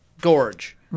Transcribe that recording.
gorge